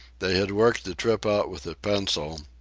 they had worked the trip out with a pencil,